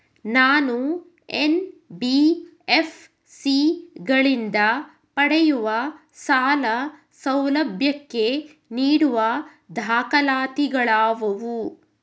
ನಾನು ಎನ್.ಬಿ.ಎಫ್.ಸಿ ಗಳಿಂದ ಪಡೆಯುವ ಸಾಲ ಸೌಲಭ್ಯಕ್ಕೆ ನೀಡುವ ದಾಖಲಾತಿಗಳಾವವು?